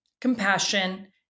compassion